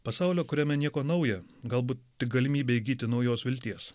pasaulio kuriame nieko nauja galbūt tik galimybė įgyti naujos vilties